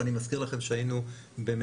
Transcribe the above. ואני מזכיר לכם שהיינו בסביבות